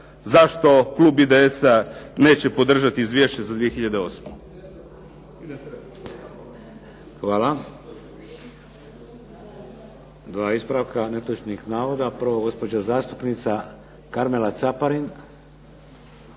zašto Klub IDS-a neće podržati izvješće za 2008. **Šeks, Vladimir (HDZ)** Hvala. Dva ispravka netočnih navoda. Prvo gospođa zastupnica Karmela Caparin.